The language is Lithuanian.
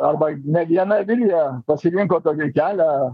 arba ne viena vilija pasirinko tokį kelią